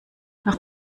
noch